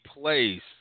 place